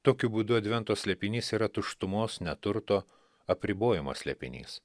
tokiu būdu advento slėpinys yra tuštumos neturto apribojimo slėpinys